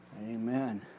Amen